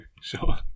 sure